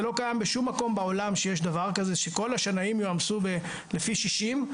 זה לא קיים בשום מקום בעולם שיש דבר כזה שכל השנאים יועמסו לפי שישים,